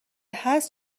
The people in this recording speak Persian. هست